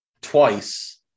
twice